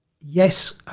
Yes